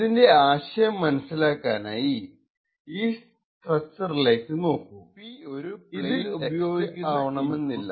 ഇതിന്റെ ആശയം മനസ്സിലാക്കാനായി ഈ സ്ട്രക്ച്ചറിലേക്കു നോക്കൂ ഇതിൽ ഉപയോഗിക്കുന്ന ഇൻപുട്ടിനെ P എന്ന് വിളിക്കാം